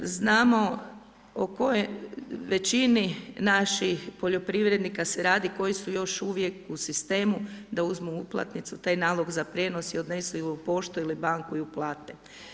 Znamo o kojem, većini naših poljoprivrednika se radi koji su još uvijek u sistemu, da uzmu uplatnicu, taj nalog za prijenos i odnose ju u poštu ili u banku i uplate.